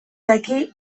daki